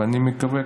ואני מקווה,